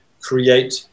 create